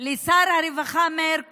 לשר הרווחה מאיר כהן,